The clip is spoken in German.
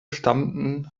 stammten